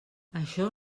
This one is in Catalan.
això